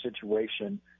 situation